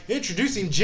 Introducing